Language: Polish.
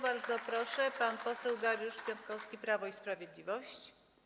Bardzo proszę, pan poseł Dariusz Piontkowski, Prawo i Sprawiedliwość.